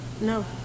No